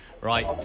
Right